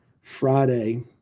Friday